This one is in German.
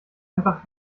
einfach